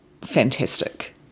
fantastic